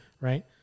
right